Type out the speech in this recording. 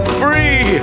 free